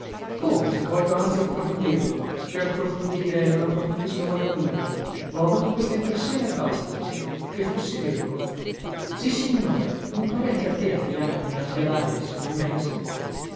come se voglio anzi approfondirlo che approfondire non approfondisco mai nulla io ho avuto questa impressione e basta che fossi vedovo sissignore non pare anche a te adriana che ne abbia laria il signor meis